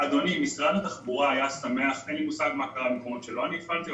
אין לי מושג מה קרה במקומות שאני לא הפעלתי,